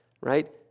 right